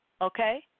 okay